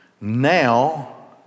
now